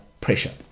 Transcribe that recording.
pressure